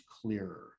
clearer